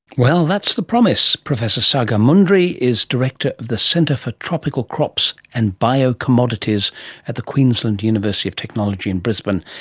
well, that's the promise. professor saga mundree is director of the centre for tropical crops and biocommodities at the queensland university of technology in brisbane.